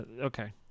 Okay